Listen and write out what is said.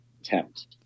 attempt